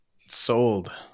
sold